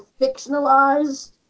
fictionalized